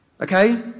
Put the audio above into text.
Okay